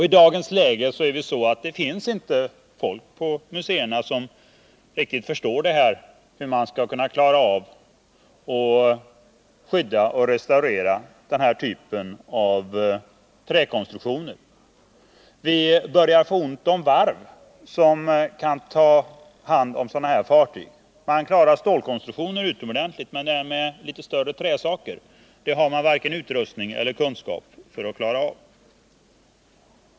I dagens läge finns det inte folk på museerna som riktigt förstår hur man skall kunna klara av att skydda och restaurera denna typ av träkonstruktioner. Vi börjar få ont om varv som kan ta hand sådana fartyg. Man klarar stålkonstruktioner utomordentligt bra, men litet större båtar av trä har man varken utrustning eller kunskap att klara av.